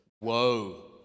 Woe